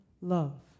love